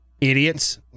idiots